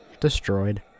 destroyed